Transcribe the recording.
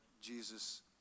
Jesus